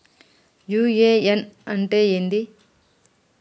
UAN అంటే ఏంది?